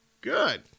Good